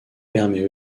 permet